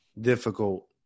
difficult